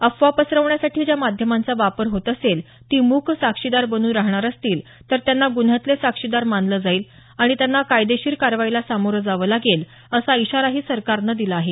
अफवा पसरवण्यासाठी ज्या माध्यमांचा वापर होत असेल ती मूक साक्षीदार बनून राहणार असतील तर त्यांना गुन्ह्यातले साथीदार मानलं जाईल आणि त्यांना कायदेशीर कारवाईला सामोरं जावं लागेल असा इशाराही सरकारनं दिला आहे